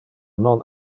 non